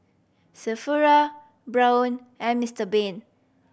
Sephora Braun and Mister Bean